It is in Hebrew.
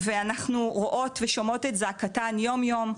אנחנו רואות ושומעות את זעקתן יום יום,